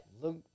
look